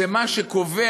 זה משהו שקובע,